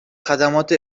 خدمات